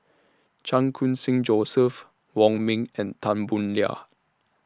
Chan Khun Sing Joseph Wong Ming and Tan Boo Liat